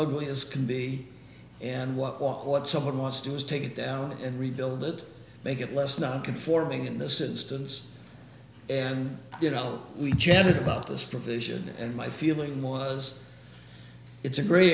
ugly as can be and what was what someone must do is take it down and rebuild it make it less non conforming in this instance and you know we jetted about this provision and my feeling was it's a gray